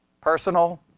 personal